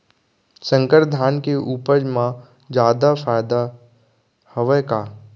संकर धान के उपज मा जादा फायदा हवय का?